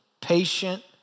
patient